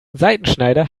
seitenschneider